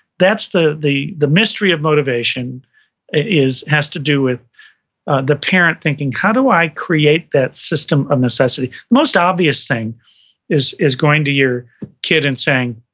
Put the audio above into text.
that's the the mystery of motivation it is has to do with the parent thinking, how do i create that system of necessity? most obvious thing is is going to your kid and saying,